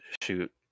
shoot